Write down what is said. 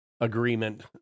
agreement